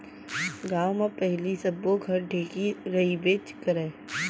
गॉंव म पहिली सब्बो घर ढेंकी रहिबेच करय